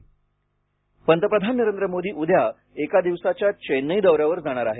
पंतप्रधान पंतप्रधान नरेंद्र मोदी उद्या एका दिवसाच्या चेन्नई दौऱ्यावर जाणार आहेत